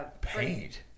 Paint